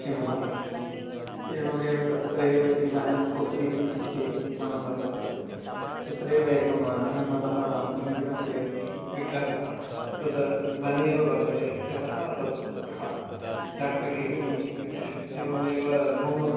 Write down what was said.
शिम्ला एवमेव तत्रैव शिम्लायां कुफ़्रि इति इति एकं स्थानं वर्तते तत्रेव एकं हनुमतः मन्दिरमपि अस्ति विग्रहः तद् वनेव वर्तते इत्यतः तद् खा जाक्विति वक्तुं शक्यते एवमेव मम